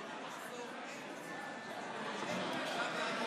אני מתכבד להציג בפני הכנסת לקריאה השנייה והשלישית